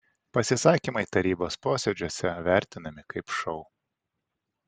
pasisakymai tarybos posėdžiuose vertinami kaip šou